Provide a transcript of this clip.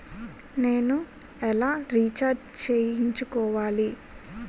నేను ఎలా రీఛార్జ్ చేయించుకోవాలి?